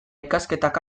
ikasketak